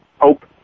hope